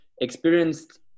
experienced